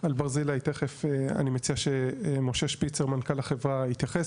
על ברזילי תיכף אני מציע שמשה שפיצר מנכ"ל החברה יתייחס,